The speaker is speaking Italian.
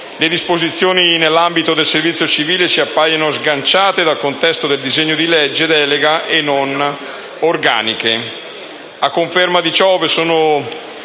Le disposizioni nell'ambito del servizio civile ci appaiono sganciate dal contesto del disegno di legge delega e non organiche.